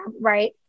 right